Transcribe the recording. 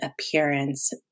appearance